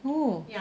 oh